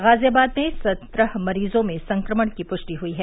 गाजियाबाद में सत्रह मरीजों में संक्रमण की पुष्टि हुयी है